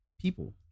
people